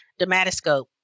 dermatoscope